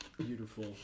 Beautiful